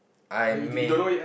I may